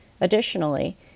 Additionally